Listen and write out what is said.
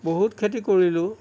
বহুত খেতি কৰিলোঁ